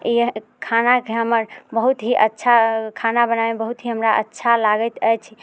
इएहे खानाके हमर बहुत ही अच्छा खाना बनाबैमे बहुत ही हमरा अच्छा लागैत अछि